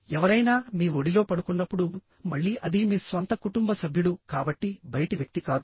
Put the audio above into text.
ఎవరైనా మీ ఒడిలో పడుకున్నప్పుడు మళ్ళీ అది మీ స్వంత కుటుంబ సభ్యుడు కాబట్టి బయటి వ్యక్తి కాదు